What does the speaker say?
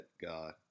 God